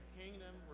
kingdom